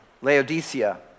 Laodicea